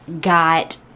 got